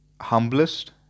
humblest